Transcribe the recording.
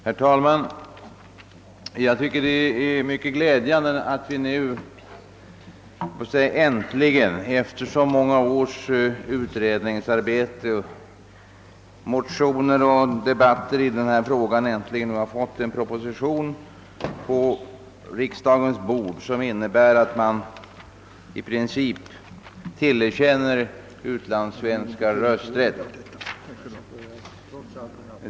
Herr talman! Det är mycket glädjande att vi nu äntligen, efter så många års utredningsarbete, motioner och debatter i denna fråga, har fått en proposition på riksdagens bord som innebär att man i princip tillerkänner utlands svenskar rösträtt.